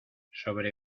sobre